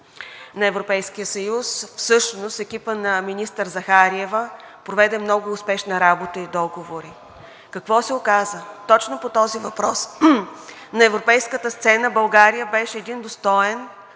на Европейския съюз, всъщност екипът на министър Захариева проведе много успешна работа и договори. Какво се оказа? Точно по този въпрос на европейската сцена България беше един достоен